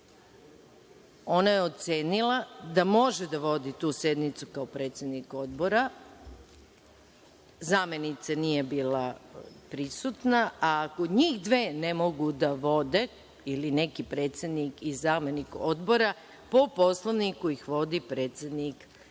je ocenila da može da vodi tu sednicu kao predsednik Odbora. Zamenica nije bila prisutna. Ako njih dve ne mogu da vode, ili neki predsednik i zamenik odbora, po Poslovniku ih vodi predsednik